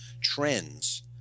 trends